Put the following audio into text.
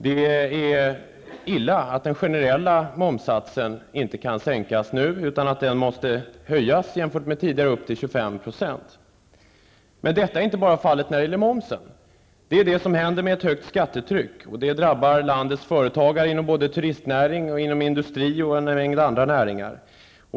Det är illa att den generella momssatsen inte kan sänkas nu utan måste höjas till 25 %. Men detta är inte fallet bara när det gäller momsen. Det är sådant som händer med ett högt skattetryck, och det drabbar landets företagare inom både turistnäring och industri och även inom en mängd andra näringar.